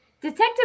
Detective